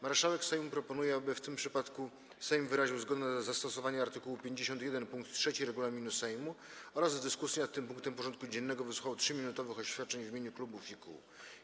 Marszałek Sejmu proponuje, aby w tym przypadku Sejm wyraził zgodę na zastosowanie art. 51 pkt 3 regulaminu Sejmu oraz w dyskusji nad tym punktem porządku dziennego wysłuchał 3-minutowych oświadczeń w imieniu klubów i kół.